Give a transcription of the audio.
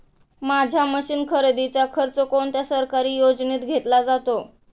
माझ्या मशीन खरेदीचा खर्च कोणत्या सरकारी योजनेत घेतला जातो?